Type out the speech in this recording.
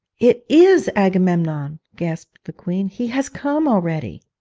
it is agamemnon gasped the queen he has come already